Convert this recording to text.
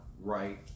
right